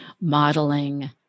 modeling